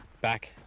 back